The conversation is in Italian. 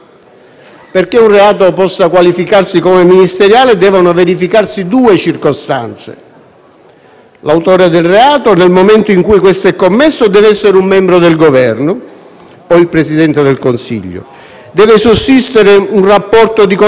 l'autore del reato nel momento in cui questo è commesso dev'essere un membro del Governo o il Presidente del Consiglio e deve sussistere un rapporto di connessione tra la condotta che configura l'illecito e le funzioni esercitate dal Ministro.